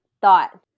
thought